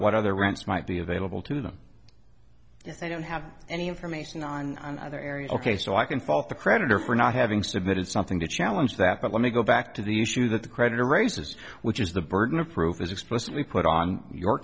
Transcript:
what other rents might be available to them yes i don't have any information on other areas ok so i can fault the creditor for not having submitted something to challenge that but let me go back to the issue that the creditor raises which is the burden of proof is explicitly put on your